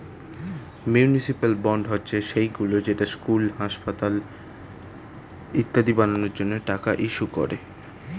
municipal bond হচ্ছে সেইগুলো যেটা স্কুল, হাসপাতাল ইত্যাদি বানানোর জন্য টাকা ইস্যু করে